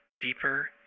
deeper